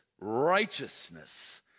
righteousness